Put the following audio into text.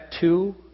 two